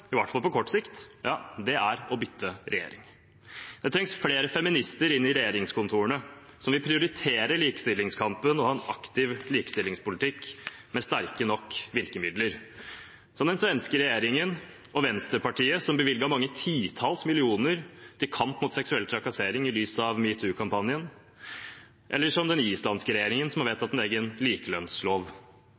i hvert fall på kort sikt, er å bytte regjering. Det trengs flere feminister inn i regjeringskontorene som vil prioritere likestillingskampen og ha en aktiv likestillingspolitikk med sterke nok virkemidler – som den svenske regjeringen og Vänsterpartiet, som bevilget mange titalls millioner til kamp mot seksuell trakassering i lys av metoo-kampanjen, eller som den islandske regjeringen, som har vedtatt en egen likelønnslov.